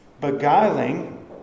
beguiling